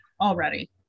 Already